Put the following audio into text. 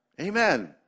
Amen